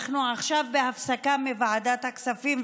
אנחנו עכשיו בהפסקה מוועדת הכספים,